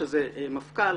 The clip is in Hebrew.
שזה מפכ"ל,